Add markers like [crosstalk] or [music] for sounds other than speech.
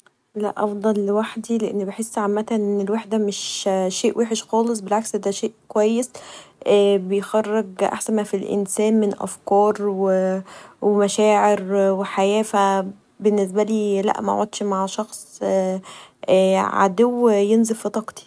لا افضل لوحدي لان بحس عمتا ان الوحده مش شئ وحش خالص بالعكس دا شئ كويس [hesitation] بيخرج احسن مافي الإنسان من افكار و [hesitation] و مشاعر و حياه فبنسبالي مقعدتش مع شخص [hesitation] عدو ينزف في طاقتي.